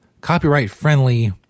copyright-friendly